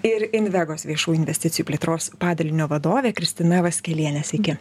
ir invegos viešųjų investicijų plėtros padalinio vadovė kristina vaskelienė sveiki